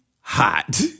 hot